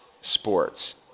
sports